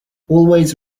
always